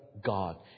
God